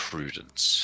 prudence